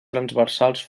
transversals